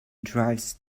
drives